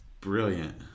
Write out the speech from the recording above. brilliant